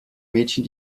mädchen